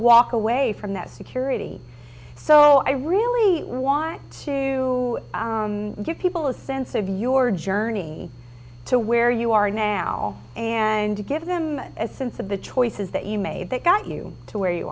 walk away from that security so i really want to give people a sense of your journey to where you are now and to give them a sense of the choices that you made that got you to where you